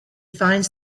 finds